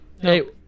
Hey